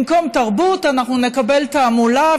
במקום תרבות אנחנו נקבל תעמולה,